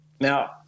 now